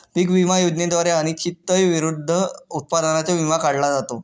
पीक विमा योजनेद्वारे अनिश्चिततेविरुद्ध उत्पादनाचा विमा काढला जातो